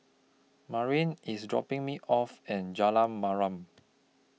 Marin IS dropping Me off At Jalan Mariam